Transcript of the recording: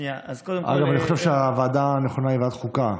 אגב, אני חושב שהוועדה הנכונה היא ועדת החוקה.